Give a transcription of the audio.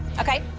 okay,